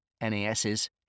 NASs